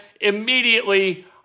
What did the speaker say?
immediately